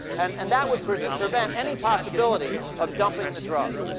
and and that would prevent prevent any possibility of dumping the drug.